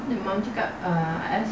eh